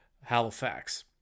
Halifax